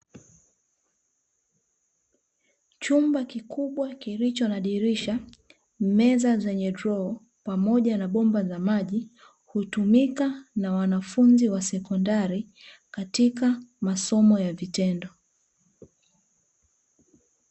Chumba kikubwa kilicho na dirisha, meza zenye droo, pamoja na bomba za maji hutumika na wanafunzi wa sekondari katika masomo ya vitendo.